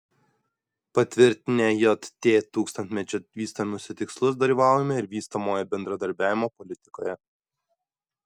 patvirtinę jt tūkstantmečio vystymosi tikslus dalyvaujame ir vystomojo bendradarbiavimo politikoje